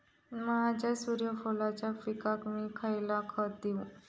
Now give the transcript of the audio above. माझ्या सूर्यफुलाच्या पिकाक मी खयला खत देवू?